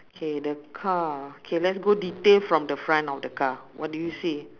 K the car K let's go detail from the front of the car what do you see